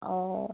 অঁ